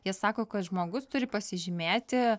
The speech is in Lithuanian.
jie sako kad žmogus turi pasižymėti